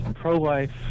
pro-life